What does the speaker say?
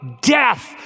death